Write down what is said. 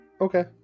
okay